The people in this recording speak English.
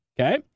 Okay